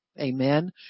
Amen